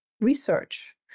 research